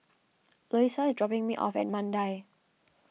Louisa is dropping me off at Mandai